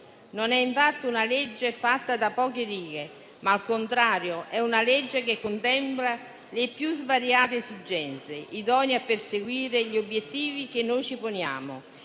Non è infatti un testo fatto di poche righe, ma al contrario contempla le più svariate esigenze, idonee a perseguire gli obiettivi che ci poniamo;